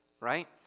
right